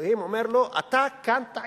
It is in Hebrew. שאלוהים אומר לו, אתה כאן טעית.